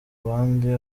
bandi